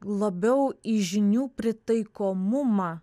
labiau į žinių pritaikomumą